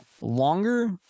longer